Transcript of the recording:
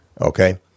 Okay